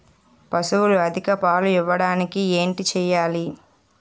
పశువులు అధిక పాలు ఇవ్వడానికి ఏంటి చేయాలి